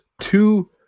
two